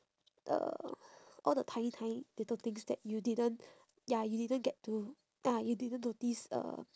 uh all the tiny tiny little things that you didn't ya you didn't get to ah you didn't notice uh